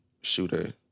shooter